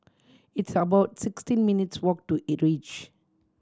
it's about sixteen minutes' walk to E Reach